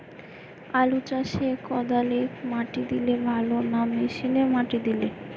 আলু চাষে কদালে মাটি দিলে ভালো না মেশিনে মাটি দিলে?